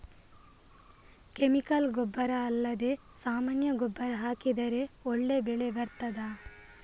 Chemical ಗೊಬ್ಬರ ಅಲ್ಲದೆ ಸಾಮಾನ್ಯ ಗೊಬ್ಬರ ಹಾಕಿದರೆ ಒಳ್ಳೆ ಬೆಳೆ ಬರ್ತದಾ?